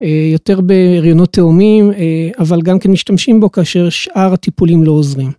יותר בהריונות תאומים, אבל גם כן משתמשים בו כאשר שאר הטיפולים לא עוזרים.